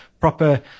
proper